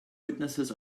witnesses